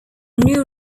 new